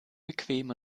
bequem